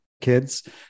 kids